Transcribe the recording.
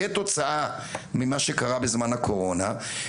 כתוצאה ממה שקרה בזמן הקורונה,